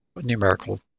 numerical